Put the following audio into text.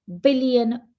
billion